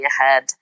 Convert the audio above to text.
ahead